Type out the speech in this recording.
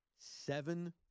Seven